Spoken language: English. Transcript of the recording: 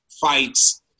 fights